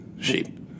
sheep